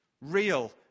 real